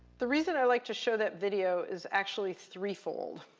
the reason i like to show that video is actually threefold.